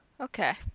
Okay